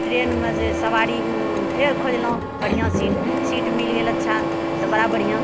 तऽ ट्रेनमे जे सवारि फेर खोजलहुँ बढ़िआँ सीट सीट मिल गेल अच्छा तऽ बड़ा बढ़िआँ